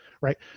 right